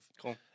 Cool